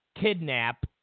kidnap